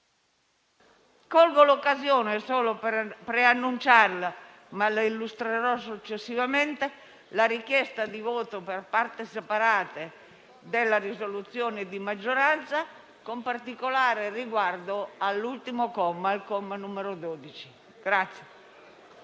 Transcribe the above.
Colgo l'occasione solo per preannunciare, ma la illustrerò successivamente, la richiesta di voto per parti separate della risoluzione di maggioranza , con particolare riguardo all'ultimo comma, il n. 12.